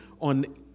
on